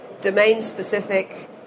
domain-specific